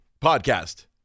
Podcast